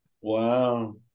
Wow